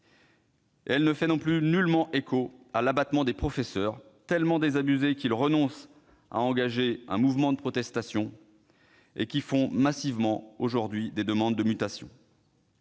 elle ne fait nullement écho à l'abattement des professeurs, tellement désabusés qu'ils renoncent à engager un mouvement de protestation et font massivement des demandes de mutation.